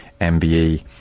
MBE